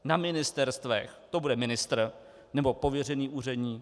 Na ministerstvech to bude ministr, nebo pověřený úředník?